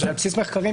על בסיס מחקרים.